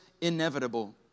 inevitable